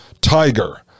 tiger